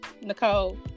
Nicole